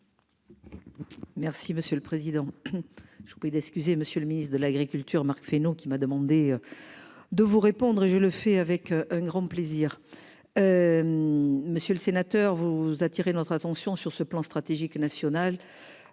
Merci, monsieur le Président. Je vous prie d'excuser Monsieur le Ministre de l'Agriculture Marc Fesneau, qui m'a demandé. De vous répondre et je le fais avec un grand plaisir. Monsieur le sénateur vous attirer notre attention sur ce plan stratégique national.